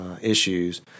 issues